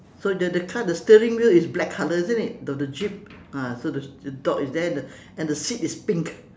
so the the car the steering wheel is black colour isn't it the the jeep ah so the the dog is there and the and the seat is pink